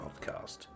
podcast